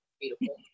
beautiful